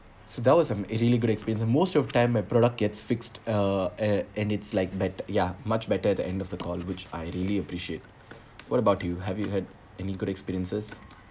so that was um a really good experience most of time my product gets fixed uh a and it's like bett~ ya much better at the end of the call which I really appreciate what about you have you had any good experiences